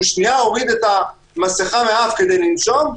שנייה הוריד את המסיכה מהאף כדי לנשום,